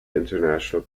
international